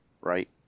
Right